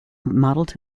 modelled